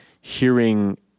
hearing